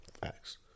Facts